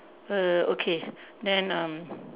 err okay then um